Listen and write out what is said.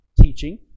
teaching